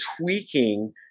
tweaking